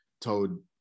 told